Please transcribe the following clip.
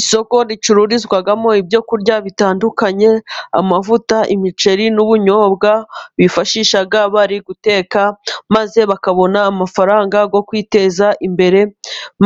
Isoko ricururizwamo ibyo kurya bitandukanye, amavuta, imiceri, n'ubunyobwa bifashisha bari guteka, maze bakabona amafaranga yo kwiteza imbere,